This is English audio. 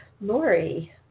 Lori